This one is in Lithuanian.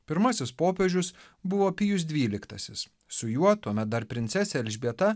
pirmasis popiežius buvo pijus dvyliktasis su juo tuomet dar princesė elžbieta